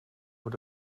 voor